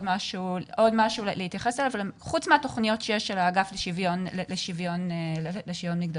חשוב להשלים את תמונת המענים שח משרד העבודה והרווחה.